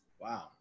Wow